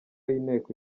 y’inteko